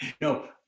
No